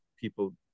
people